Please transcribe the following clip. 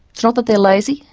it's not that they're lazy,